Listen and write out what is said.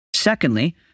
Secondly